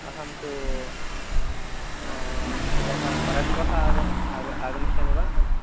अहं तु श्वः परश्वः आग आग आगमिष्यामि वा अहम्